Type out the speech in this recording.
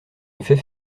effet